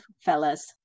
fellas